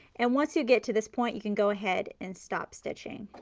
and once you get to this point, you can go ahead and stop stitching.